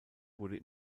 wurde